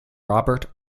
robert